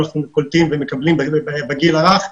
אנחנו קולטים ומקבלים בגיל הרך.